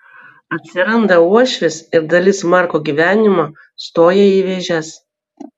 atsiranda uošvis ir dalis marko gyvenimo stoja į vėžes